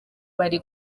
bari